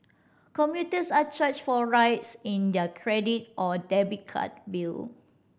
commuters are charged for rides in their credit or debit card bill